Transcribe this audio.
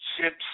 ships